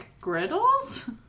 griddles